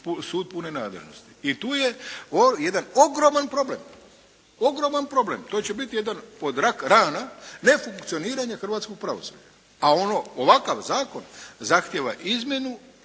sud pune nadležnosti i tu je jedan ogroman problem. Ogroman problem. To će biti jedan od rak rana nefunkcioniranja hrvatskog pravosuđa, a ovakav zakon zahtjeva izmjenu